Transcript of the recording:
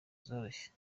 zoroshye